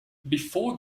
before